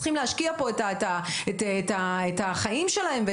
הם צריכים להקדיש את החיים שלהם?